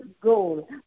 goal